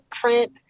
print